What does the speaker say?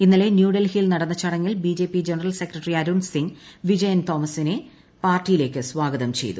ഇന്നലെ ന്യൂഡൽഹിയിൽ നടന്ന ചടങ്ങിൽ BJP general secretary Arun Singh Vijayan തോമസിനെ പാർട്ടിയിലേക്ക് സ്വാഗതം ചെയ്തു